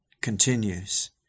continues